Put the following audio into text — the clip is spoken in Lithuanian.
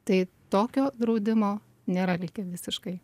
tai tokio draudimo nėra likę visiškai